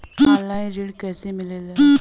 Online ऋण कैसे मिले ला?